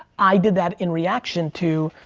i did that in reaction to,